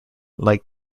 like